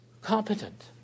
competent